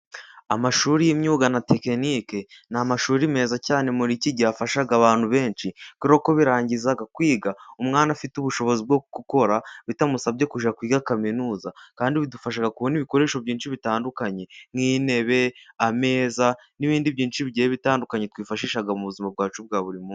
Amashuri y'imyuga na tekinike ni amashuri meza cyane muri iki gihe afasha abantu benshi, kubera ko urangiza kwiga, umwana afite ubushobozi bwo gukora bitamusabye kujya kwiga kaminuza, kandi bidufasha kubona ibikoresho byinshi bitandukanye nk'intebe, ameza n'ibindi byinshi bigiye bitandukanye twifashisha mu buzima bwacu bwa buri munsi.